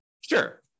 Sure